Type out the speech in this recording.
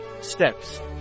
Steps